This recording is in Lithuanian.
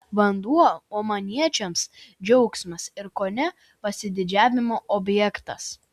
vanduo omaniečiams džiaugsmas ir kone pasididžiavimo objektas